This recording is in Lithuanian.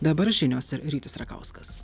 dabar žinios ir rytis račkauskas